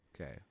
Okay